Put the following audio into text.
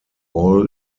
all